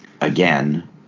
again